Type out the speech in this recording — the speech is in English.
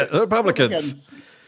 Republicans